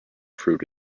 fruit